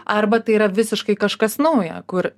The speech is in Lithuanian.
arba tai yra visiškai kažkas nauja kur